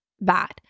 bad